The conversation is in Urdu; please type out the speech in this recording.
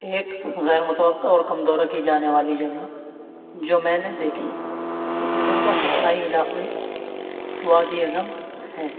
ایک غیر متوقع کم دورہ کی جانے والی جگہ جو میں نے دیکھی وہ اردن کا صحرائی علاقے وادیٔ نم ہے